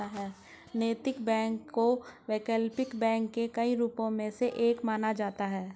नैतिक बैंकिंग को वैकल्पिक बैंकिंग के कई रूपों में से एक माना जाता है